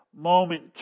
moment